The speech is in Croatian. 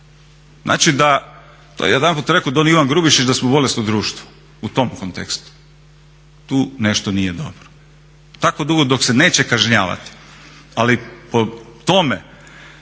Znači da, to je jedanput rekao don Ivan Grubišić da smo bolesno društvo, u tom kontekstu. Tu nešto nije dobro. Tako dugo dok se neće kažnjavati ali po tome